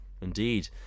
Indeed